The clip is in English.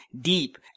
deep